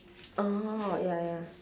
orh ya ya